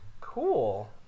cool